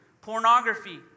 pornography